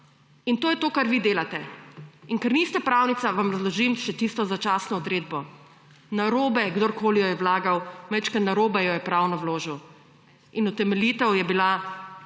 In to je to, kar vi delate. In ker niste pravnica vam razložim še čisto začasno odredbo. Narobe, kdorkoli jo je vlagal, malo narobe jo je pravno vložil. In utemeljitev je bila